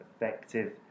effective